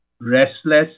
restless